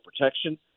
protection